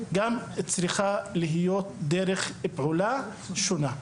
אז צריכה להיות פה דרך פעולה שונה.